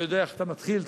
אתה יודע איך אתה מתחיל,